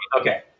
Okay